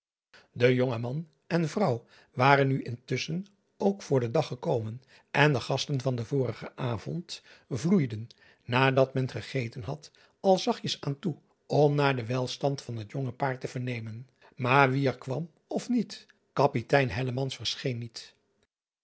e jonge man en vrouw waren nu intusschen ook voor den dag gekomen en de gasten van den vorigen avond vloeiden nadat men gegeten had al zachtjes aan toe om naar den welstand van het jonge paar te vernemen maar wie er kwam of niet apitein verscheen niet